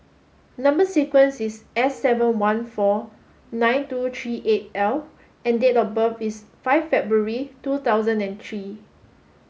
number sequence is S seven one four nine two three eight L and date of birth is five February two thousand and three